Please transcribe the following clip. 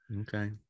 Okay